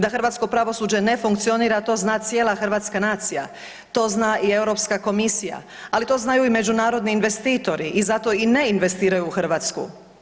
Da hrvatsko pravosuđe ne funkcionira to zna cijela hrvatska nacija, to zna i Europska komisija, ali to znaju i međunarodni investitori i zato i ne investiraju u Hrvatsku.